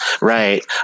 Right